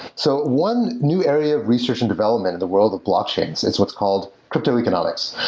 so one new area of research and development in the world of blockchains is what's called cryptoeconomics.